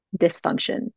dysfunction